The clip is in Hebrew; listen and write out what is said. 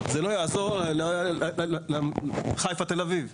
זה לא יעזור לכביש חיפה-תל אביב.